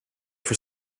for